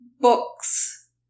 books